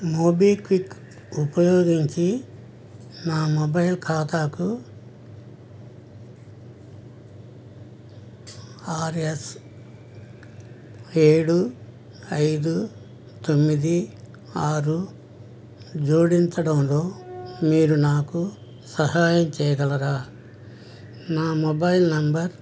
MobiKwik ఉపయోగించి నా mobile ఖాతాకు ఆర్ ఎస్ ఏడు ఐదు తొమ్మిది ఆరు జోడించడంలో మీరు నాకు సహాయం చేయగలరా నా మొబైల్ నెంబర్